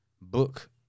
book